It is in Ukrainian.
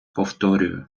повторюю